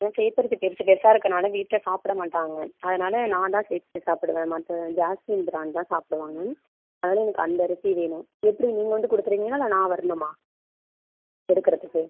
சேப்பரிசி பெருசு பெருசாக இருக்கனால வீட்டில் சாப்பிட மாட்டாங்க அதனால் நா தான் சேப்பரிசி சாப்பிடுவேன் மற்ற ஜாஸ்மின் ப்ராண்ட் தான் சாப்பிடுவாங்க அதனால் எனக்கு அந்த அரிசி வேணும் எப்படி நீங்கள் வந்து கொடுக்குறீங்களா இல்லை நான் வரணுமா எடுக்கறதுக்கு